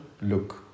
look